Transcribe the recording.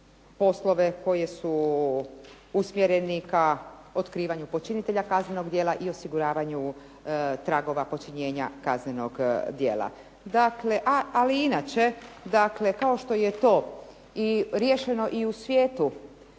poslove koje su usmjereni ka otkrivanju počinitelja kaznenog djela i osiguravanju tragova počinjenja kaznenog djela. Ali inače, dakle kao što je to i riješeno i u svijetu,